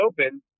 open